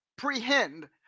prehend